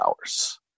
hours